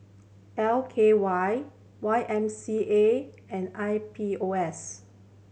L K Y Y M C A and I P O S